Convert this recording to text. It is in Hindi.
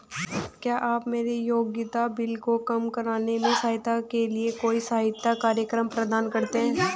क्या आप मेरे उपयोगिता बिल को कम करने में सहायता के लिए कोई सहायता कार्यक्रम प्रदान करते हैं?